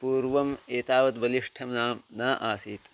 पूर्वम् एतावद् बलिष्ठं न न आसीत्